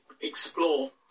explore